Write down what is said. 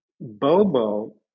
Bobo